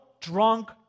drunk